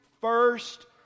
first